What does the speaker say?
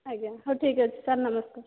ଆଜ୍ଞା ହଉ ଠିକ୍ ଅଛି ସାର୍ ନମସ୍କାର